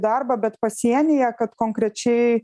darbą bet pasienyje kad konkrečiai